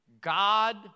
God